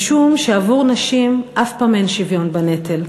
משום שעבור נשים אף פעם אין שוויון בנטל.